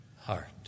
heart